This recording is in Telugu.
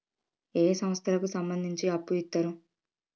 ఏ సంస్థలకు సంబంధించి అప్పు ఇత్తరు?